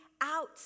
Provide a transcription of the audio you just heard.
out